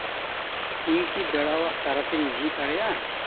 ᱤᱧ ᱠᱤ ᱵᱮᱲᱟᱣᱟᱜ ᱛᱟᱨᱟᱥᱤᱧ ᱡᱷᱤᱡ ᱫᱟᱲᱮᱭᱟᱜᱼᱟ